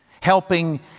helping